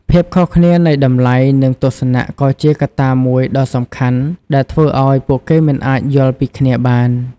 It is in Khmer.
ភាពខុសគ្នានៃតម្លៃនិងទស្សនៈក៏ជាកត្តាមួយដ៏សំខាន់ដែលធ្វើឲ្យពួកគេមិនអាចយល់ពីគ្នាបាន។